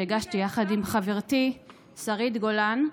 שהגשתי יחד עם חברתי שרית גולן,